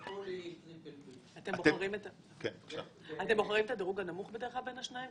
בחו"ל היא BBB. אתם בוחרים את הדירוג הנמוך בדרך כלל בין השניים,